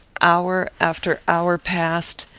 hour after hour passed,